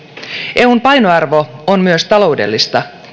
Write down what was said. eun painoarvo on myös taloudellista